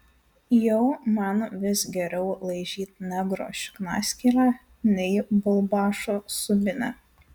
jau man vis geriau laižyt negro šiknaskylę nei bulbašo subinę